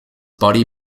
body